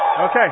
Okay